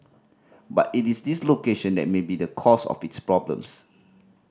but it is this location that may be the cause of its problems